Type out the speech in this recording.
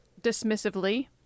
dismissively